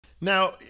Now